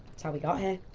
it's how we got here.